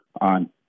on